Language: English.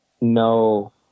no